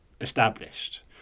established